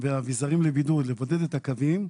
ואביזרים לבידוד לבודד את הקווים,